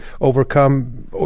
overcome